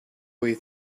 way